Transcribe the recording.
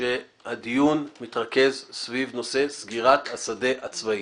שהדיון מתרכז סביב נושא סגירת השדה הצבאי.